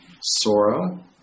Sora